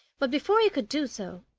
but before he could do so,